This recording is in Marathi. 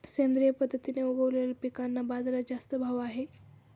सेंद्रिय पद्धतीने उगवलेल्या पिकांना बाजारात जास्त भाव आहे